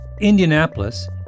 Indianapolis